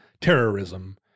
terrorism